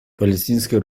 палестинское